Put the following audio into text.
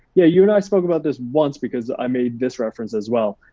yeah you and i spoke about this once because i made this reference as well.